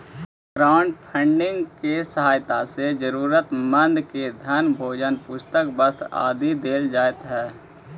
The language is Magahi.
क्राउडफंडिंग के सहायता से जरूरतमंद के धन भोजन पुस्तक वस्त्र इत्यादि देल जा सकऽ हई